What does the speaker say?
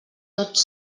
tots